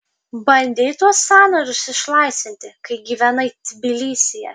bandei tuos sąnarius išlaisvinti kai gyvenai tbilisyje